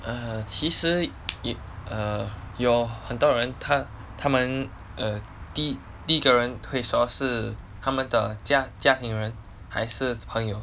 err 其实 err 有很多他他们 err 的第一个人会说是他们的家家庭人还是朋友